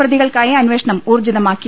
പ്രതികൾക്കായി അന്വേഷണം ഊർജ്ജിതമാക്കി